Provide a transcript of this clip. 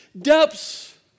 depths